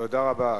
תודה רבה.